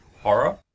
horror